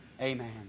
Amen